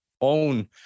own